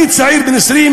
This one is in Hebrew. אני צעיר בן 20,